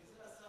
מי זה השר,